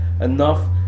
enough